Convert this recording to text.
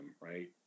right